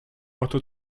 otto